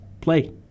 play